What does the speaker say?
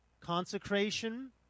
consecration